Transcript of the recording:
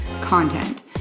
content